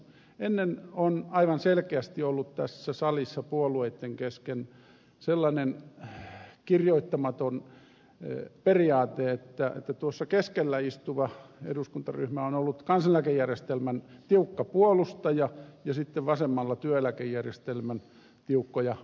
ennen on aivan selkeästi ollut tässä salissa puolueitten kesken sellainen kirjoittamaton periaate että tuossa keskellä istuva eduskuntaryhmä on ollut kansaneläkejärjestelmän tiukka puolustaja ja sitten vasemmalla työeläkejärjestelmän tiukkoja puolustajia